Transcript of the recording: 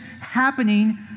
happening